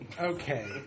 Okay